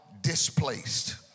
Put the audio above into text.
displaced